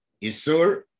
Isur